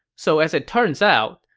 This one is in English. so as it turns out,